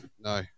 no